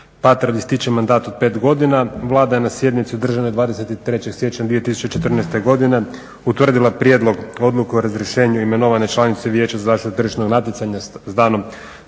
Patrlj ističe mandat od pet godina, Vlada je na sjednici održanoj 23.siječnja 2014.godine utvrdila prijedlog, odluku o razrješenju imenovane članice Vijeća za zaštitu tržišnog natjecanja s danom